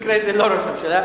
במקרה זה לא ראש הממשלה.